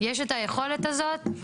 יש את היכולת הזאת,